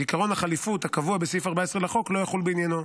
ועקרון החליפות הקבוע בסעיף 14 לחוק לא יחול בעניינו,